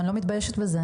אני לא מתביישת בזה,